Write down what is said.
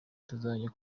tuzajya